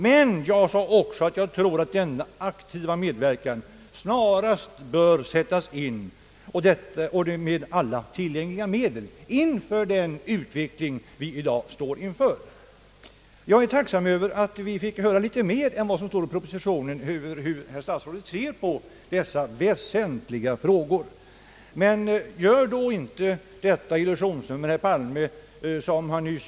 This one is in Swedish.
Men jag sade också, att jag tror att denna aktiva medverkan snarast bör sättas in med alla tillgängliga medel inför den utveckling som vi i dag står inför.